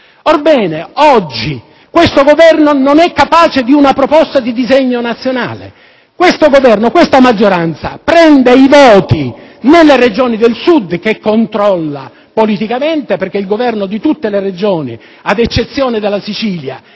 Orbene, oggi questo Governo non è capace di una proposta di disegno nazionale. Questo Governo, questa maggioranza, prende i voti nelle Regioni del Sud, che controlla politicamente, perché il governo di tutte le Regioni, ad eccezione della Sicilia,